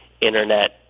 Internet